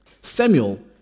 Samuel